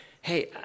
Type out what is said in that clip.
hey